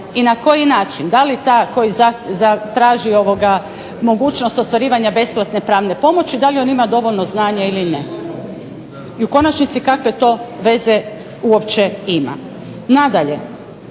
i na koji način. Da li ta, koji traži mogućnost ostvarivanja besplatne pravne pomoći da li on ima dovoljno znanja ili ne. I u konačnici kakve to veze uopće ima. Nadalje,